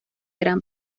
gran